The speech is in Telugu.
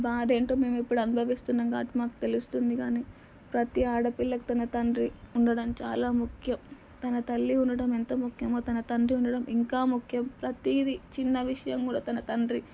భాధ ఏంటో మేము ఇప్పుడు అనుభవిస్తున్నాము మాకు తెలుస్తుంది కానీ ప్రతీ ఆడపిల్లకి తన తండ్రి ఉండడం చాలా ముఖ్యం తన తల్లి ఉండడం ఎంత ముఖ్యమో తన తండ్రి ఉండటం ఇంకా ముఖ్యం ప్రతీదీ చిన్న విషయం కూడా తన తండ్రి